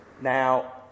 Now